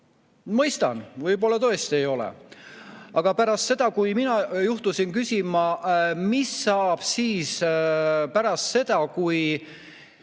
Mõistan, võib-olla tõesti ei ole. Aga kui mina juhtusin küsima, mis saab pärast seda, kui